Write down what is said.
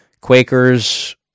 Quakers